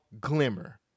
glimmer